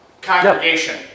congregation